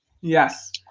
yes